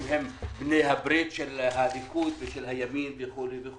הם בני הברית של הליכוד ושל הימין וכולי.